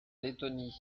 lettonie